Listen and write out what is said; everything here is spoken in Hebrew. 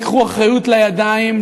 ייקחו אחריות לידיים.